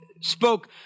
spoke